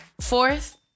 Fourth